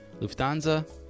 Lufthansa